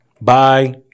bye